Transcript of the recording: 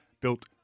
built